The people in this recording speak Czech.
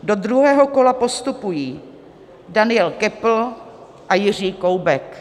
Do druhého kola postupují Daniel Köppl a Jiří Koubek.